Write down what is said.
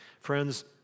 Friends